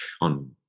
on